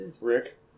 Rick